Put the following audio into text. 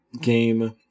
game